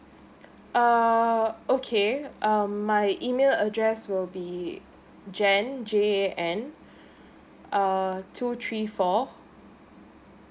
err okay um my email address will be jan j_a_n err two three four